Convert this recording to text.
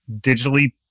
digitally